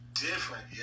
different